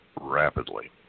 rapidly